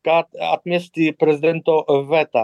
kad atmesti prezidento veto